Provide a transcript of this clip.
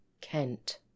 kent